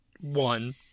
one